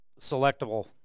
selectable